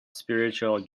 spiritual